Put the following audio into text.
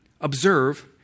observe